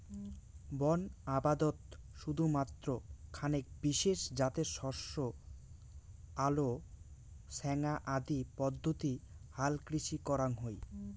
বন আবদত শুধুমাত্র খানেক বিশেষ জাতের শস্য আলো ছ্যাঙা আদি পদ্ধতি হালকৃষি করাং হই